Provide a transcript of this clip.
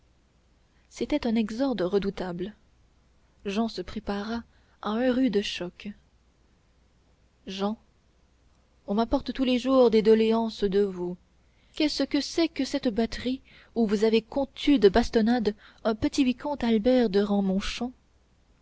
c'était un exorde redoutable jehan se prépara à un rude choc jehan on m'apporte tous les jours des doléances de vous qu'est-ce que c'est que cette batterie où vous avez contus de bastonnade un petit vicomte albert de